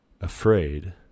afraid